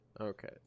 Okay